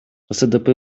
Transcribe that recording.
ксдп